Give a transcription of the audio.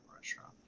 restaurant